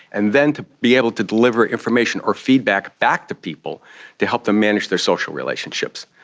and then to be able to deliver information or feedback back to people to help them manage their social relationships,